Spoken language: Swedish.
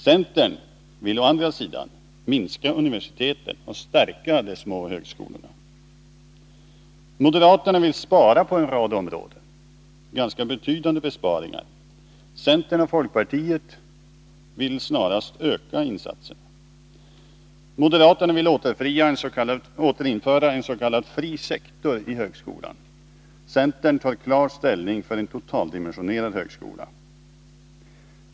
Centern vill å andra sidan minska universiteten och stärka de små högskolorna. Moderaterna vill spara på en rad områden, och det är ganska betydande besparingar. Centern och folkpartiet vill snarast öka insatserna. Moderaterna vill återinföra en s.k. fri sektor i högskolan. Centern tar klar ställning för en totaldimensionerad högskola.